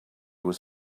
was